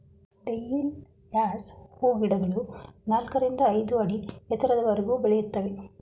dahlias ಹೂಗಿಡಗಳು ನಾಲ್ಕರಿಂದ ಐದು ಅಡಿ ಎತ್ತರದವರೆಗೂ ಬೆಳೆಯುತ್ತವೆ